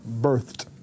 birthed